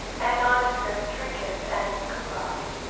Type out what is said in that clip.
and nondescript trinkets and gewgaws,